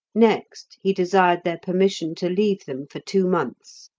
next he desired their permission to leave them for two months,